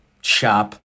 shop